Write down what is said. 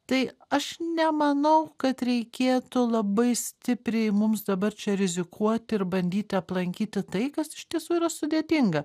tai aš nemanau kad reikėtų labai stipriai mums dabar čia rizikuoti ir bandyti aplankyti tai kas iš tiesų yra sudėtinga